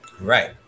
right